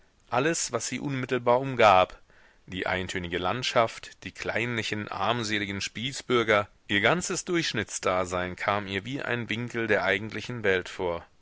alles was sie unmittelbar umgab die eintönige landschaft die kleinlichen armseligen spießbürger ihr ganzes durchschnittsdasein kam ihr wie ein winkel der eigentlichen welt vor